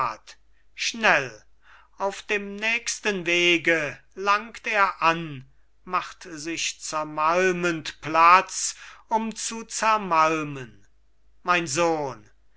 schnell auf dem nächstem wege langt er an macht sich zermalmend platz um zu zermalmen mein sohn